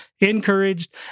encouraged